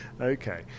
Okay